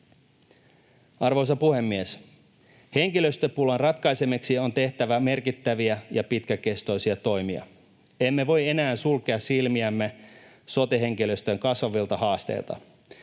Arvoisa puhemies! Henkilöstöpulan ratkaisemiseksi on tehtävä merkittäviä ja pitkäkestoisia toimia. Emme voi enää sulkea silmiämme sote-henkilöstön kasvavilta haasteilta.